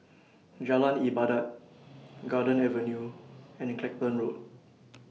Jalan Ibadat Garden Avenue and Clacton Road